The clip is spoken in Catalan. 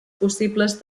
possibles